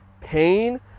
pain